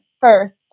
first